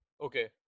okay